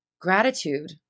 gratitude